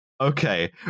okay